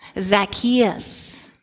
Zacchaeus